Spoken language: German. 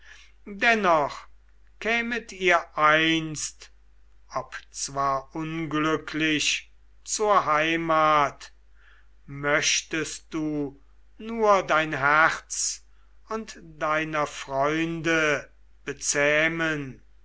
dennoch kämet ihr einst obzwar unglücklich zur heimat möchtest du nur dein herz und deiner freunde bezähmen